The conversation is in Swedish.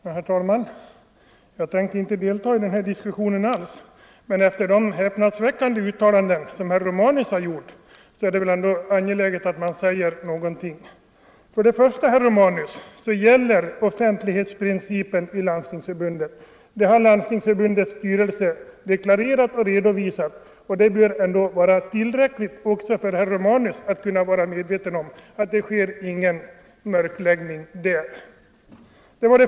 Herr talman! Jag tänkte inte delta i den här diskussionen, men efter de häpnadsväckande uttalanden som herr Romanus här gjort är det angeläget att jag säger någonting. För det första, herr Romanus, gäller offentlighetsprincipen i Landstingsförbundet. Det har Landstingsförbundets styrelse deklarerat och redovisat, och det bör vara tillräckligt också för att herr Romanus skall vara medveten om att det inte sker någon mörkläggning där.